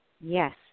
Yes